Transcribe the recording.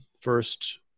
first